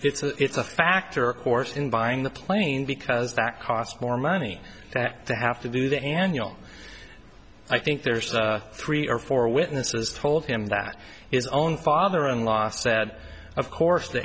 july it's a factor of course in buying the plane because that cost more money that they have to do the annual i think there's three or four witnesses told him that his own father in law said of course the